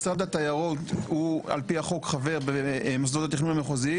משרד התיירות הוא על פי החוק חבר במוסדות התכנון המחוזיים